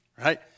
Right